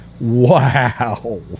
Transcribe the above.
Wow